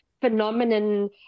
phenomenon